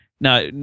Now